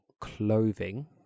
clothing